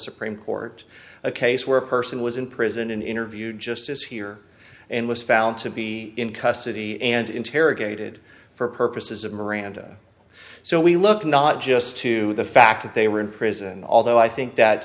supreme court a case where a person was in prison in an interview just as here and was found to be in custody and interrogated for purposes of miranda so we look not just to the fact that they were in prison although i think that